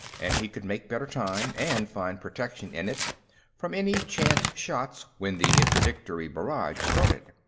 and he could make better time, and find protection in it from any chance shots when the interdictory barrage started.